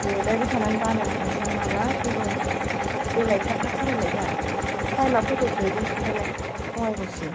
जिरायबाय थानानै बालायलांबायसो आं माला सहैबावनो देलाय थाब थाब सालायलाय जाहा टाइमआ खयथायाव सहैगोन खिन्थालाय बङाइगावसिम